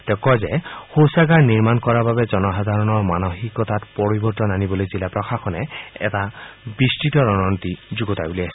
তেওঁ কয় যে শৌচাগাৰ নিৰ্মাণ কৰাৰ বাবে জনসাধাৰণৰ মানসিকতাত পৰিৱৰ্তন আনিবলৈ জিলা প্ৰশাসনে এক বিস্তৃত ৰণনীতি যুগুতাই উলিয়াইছিল